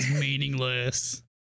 meaningless